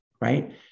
right